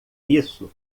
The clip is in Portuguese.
isso